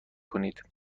کنید